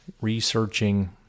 researching